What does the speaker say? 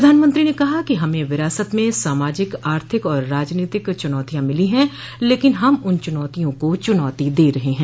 प्रधानमंत्री ने कहा कि हमे विरासत में सामाजिक आर्थिक और राजनीतिक च्रनौतियां मिली हैं लेकिन हम उन चुनौतियों को चुनौती दे रहे हैं